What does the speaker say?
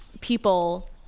people